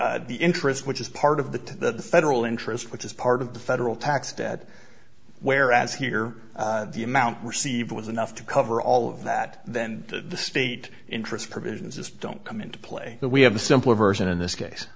where the interest which is part of the federal interest which is part of the federal tax debt whereas here the amount received was enough to cover all of that then the state interest provisions just don't come into play but we have a simpler version in this case